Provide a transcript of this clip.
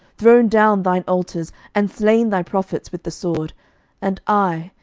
thrown down thine altars, and slain thy prophets with the sword and i,